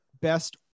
best